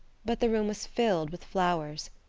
but the room was filled with flowers.